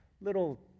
little